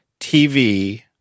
TV